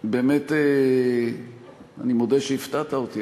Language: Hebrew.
באמת אני מודה שהפתעת אותי.